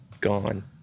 Gone